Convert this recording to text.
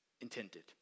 intended